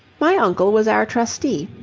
my uncle was our trustee.